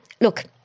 look